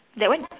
that one